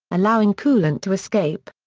allowing coolant to escape.